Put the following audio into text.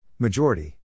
Majority